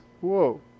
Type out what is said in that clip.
whoa